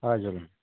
हजुर